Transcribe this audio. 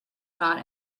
not